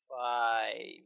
Five